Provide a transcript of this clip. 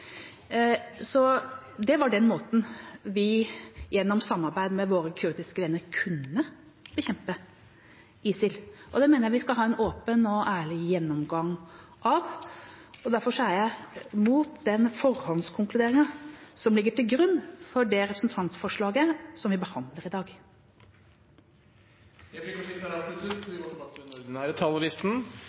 Det var den måten vi, gjennom samarbeid med våre kurdiske venner, kunne bekjempe ISIL på. Det mener jeg vi skal ha en åpen og ærlig gjennomgang av, og derfor er jeg imot den forhåndskonkluderingen som ligger til grunn for det representantforslaget vi behandler i dag. Replikkordskiftet er avsluttet. Flere har ikke bedt om ordet til